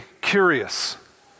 curious